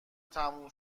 تموم